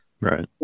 Right